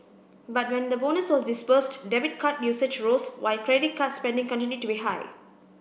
but when the bonus was disbursed debit card usage rose while credit card spending continued to be high